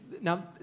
now